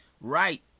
Right